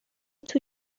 توی